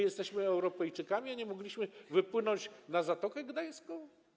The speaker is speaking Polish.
Jesteśmy Europejczykami, a nie mogliśmy wypłynąć na Zatokę Gdańską?